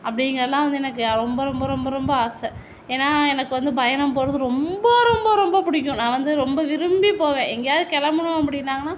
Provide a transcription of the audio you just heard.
அப்படிங்கறதுலாம் வந்து எனக்கு ரொம்ப ரொம்ப ரொம்ப ரொம்ப ஆசை ஏன்னால் எனக்கு வந்து பயணம் போவது ரொம்ப ரொம்ப ரொம்ப பிடிக்கும் நான் வந்து ரொம்ப விரும்பி போவேன் எங்கேயாவது கிளம்பணும் அப்படின்னாங்கனா